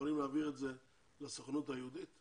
יכולים להעביר את זה לסוכנות היהודית?